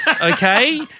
okay